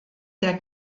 der